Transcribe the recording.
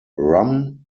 rum